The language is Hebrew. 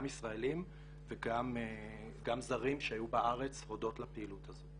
גם ישראלים וגם זרים שהיו בארץ הודות לפעילות הזו.